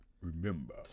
Remember